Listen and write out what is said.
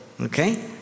Okay